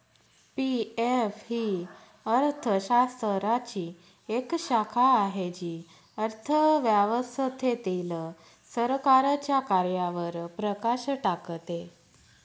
PF ही अर्थशास्त्राची एक शाखा आहे जी अर्थव्यवस्थेतील सरकारच्या कार्यांवर प्रकाश टाकते